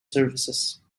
services